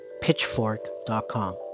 pitchfork.com